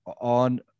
on